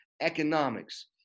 economics